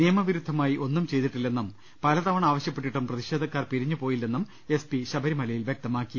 നിയമവിരുദ്ധമായി ഒന്നും ചെയ്തിട്ടില്ലെന്നും പലതവണ ആവശ്യപ്പെട്ടിട്ടും പ്രതിഷേധക്കാർ പിരിഞ്ഞു പോയില്ലെന്നും എസ് പി ശബരിമലയിൽ വ്യക്തമാക്കി